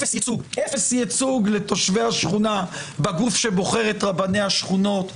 אפס ייצוג לתושבי השכונה בגוף שבוחר את רבני השכונות.